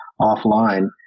offline